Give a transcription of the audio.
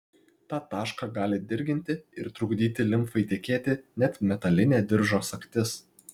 tą tašką gali dirginti ir trukdyti limfai tekėti net metalinė diržo sagtis